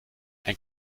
ein